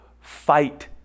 fight